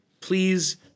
Please